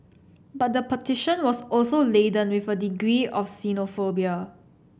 but the petition was also laden with a degree of xenophobia